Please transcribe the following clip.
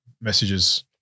messages